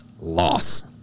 loss